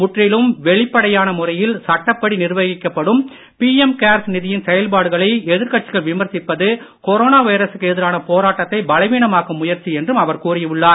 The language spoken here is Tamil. முற்றிலும் வெளிப்படையான முறையில் சட்டப்படி நிர்வகிக்கப்படும் பிஎம் கேர்ஸ் நிதியின் செயல்பாடுகளை எதிர்கட்சிகள் விமர்சிப்பது கொரோனா வைரசுக்கு எதிரான போராட்டத்தை பலவீனமாக்கும் முயற்சி என்றும் அவர் கூறி உள்ளார்